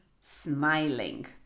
smiling